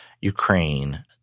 Ukraine—